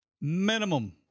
minimum